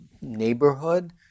neighborhood